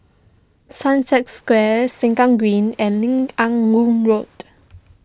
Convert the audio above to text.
Sunset Square Sengkang Green and Lim Ah Woo Road